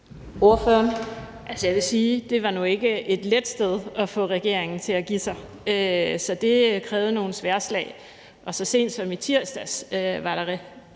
Dehnhardt (SF): Jeg vil nu sige, at det ikke var et let sted at få regeringen til at give sig. Så det krævede nogle sværdslag, og så sent som i tirsdags var der